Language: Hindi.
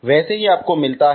वैसे ही आपको मिलता है